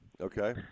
Okay